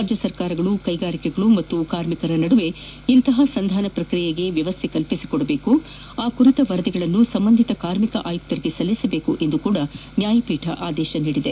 ರಾಜ್ಯ ಸರ್ಕಾರಗಳು ಕೈಗಾರಿಕೆಗಳು ಮತ್ತು ನೌಕರರ ನಡುವೆ ಇಂತಹ ಸಂಧಾನ ಪ್ರಕ್ರಿಯೆಗೆ ವ್ಯವಸ್ಥೆ ಕಲ್ಪಿಸಿಕೊಡಬೇಕು ಅಲ್ಲದೇ ಆ ಕುರಿತ ವರದಿಗಳನ್ನು ಸಂಬಂಧಿತ ಕಾರ್ಮಿಕ ಆಯುಕ್ತರಿಗೆ ಸಲ್ಲಿಸಬೇಕು ಎಂದು ಸಹ ನ್ಯಾಯಪೀಠ ಆದೇಶಿಸಿದೆ